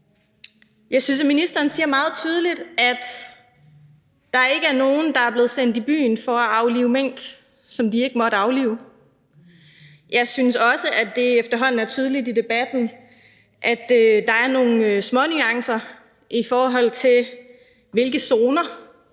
Jeg synes, at ministeren meget tydeligt siger, at der ikke er nogen, der er blevet sendt i byen for at aflive mink, som de ikke måtte aflive. Jeg synes også, at det efterhånden er tydeligt i debatten, at der er nogle smånuancer, i forhold til hvilke zoner